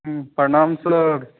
प्रणाम सर